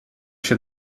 się